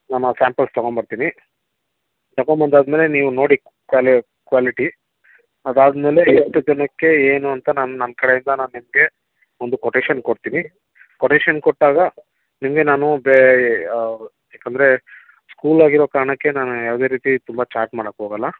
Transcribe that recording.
ನಾನು ಆ ಸ್ಯಾಂಪಲ್ಸ್ ತಗೊಂಬರ್ತೀನಿ ತಗೊಂಬಂದಾದ್ಮೇಲೆ ನೀವು ನೋಡಿ ಕ್ವಾಲಿ ಕ್ವಾಲಿಟಿ ಅದಾದ ಮೇಲೆ ಎಷ್ಟು ಜನಕ್ಕೆ ಏನು ಅಂತ ನಮ್ಮ ನಮ್ಮ ಕಡೆಯಿಂದ ನಾನು ನಿಮಗೆ ಒಂದು ಕೊಟೇಶನ್ ಕೊಡ್ತೀನಿ ಕೊಟೇಶನ್ ಕೊಟ್ಟಾಗ ನಿಮಗೆ ನಾನು ಯಾಕಂದರೆ ಸ್ಕೂಲ್ ಆಗಿರೋ ಕಾರಣಕ್ಕೆ ನಾನು ಯಾವುದೇ ರೀತಿ ತುಂಬ ಚಾರ್ಜ್ ಮಾಡಕ್ಕೋಗಲ್ಲ